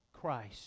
Christ